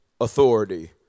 authority